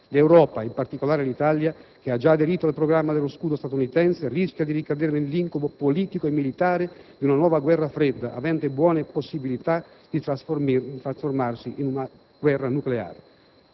L'Europa, e in particolare l'Italia, che ha già aderito al programma dello scudo statunitense, rischia di ricadere nell'incubo politico e militare di una nuova guerra fredda che ha buone possibilità di trasformarsi in una guerra nucleare.